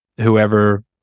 whoever